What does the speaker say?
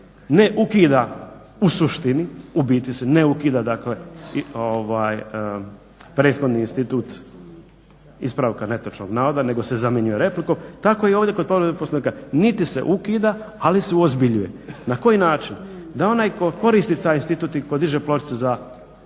ne ukida u suštini, u biti se ne ukida dakle prethodni institut ispravka netočnog navoda nego se zamjenjuje replikom, tako i ovdje kod povrede poslovnika. Niti se ukida ali se uozbiljuje. Na koji način? Na onaj tko koristi taj institut i tko diže pločicu za